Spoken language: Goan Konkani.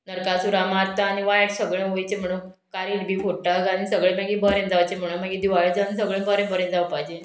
नरकासुराम मारता आनी वायट सगळें वयचें म्हणोन कारीट बी फोट्टा आनी सगळें मागीर बरें जावचें म्हणोन मागीर दिवाळेच्यान सगळें बरें बरें जावपाचें